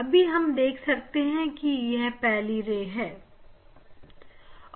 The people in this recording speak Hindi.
अभी हम देख सकते हैं कि यह पहली रे है